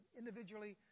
individually